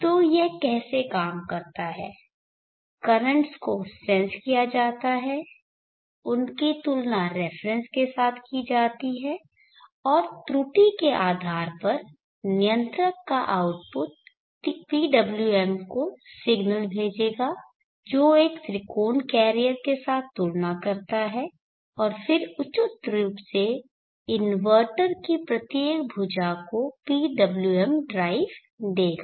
तो यह कैसे काम करता है कर्रेंटस को सेंस किया जाता है उनकी तुलना रेफरेन्स के साथ की जाती है और त्रुटि के आधार पर नियंत्रक का आउटपुट PWM को सिग्नल भेजेगा जो एक त्रिकोण कैरियर के साथ तुलना करता है और फिर उचित रूप से इन्वर्टर की प्रत्येक भुजा को PWM ड्राइव देगा